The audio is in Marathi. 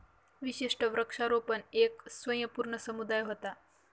विशिष्ट वृक्षारोपण येक स्वयंपूर्ण समुदाय व्हता